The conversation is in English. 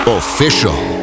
official